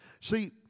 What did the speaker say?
See